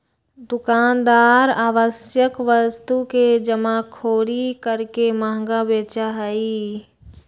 दुकानदार आवश्यक वस्तु के जमाखोरी करके महंगा बेचा हई